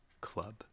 club